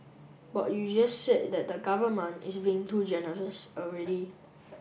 but you just said that the government is being too generous already